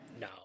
No